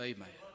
Amen